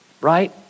right